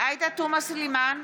עאידה תומא סלימאן,